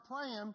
praying